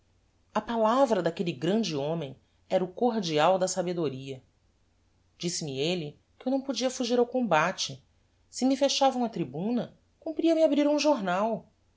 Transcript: a palavra daquelle grande homem era o cordial da sabedoria disse-me elle que eu não podia fugir ao combate se me fechavam a tribuna cumpria me abrir um jornal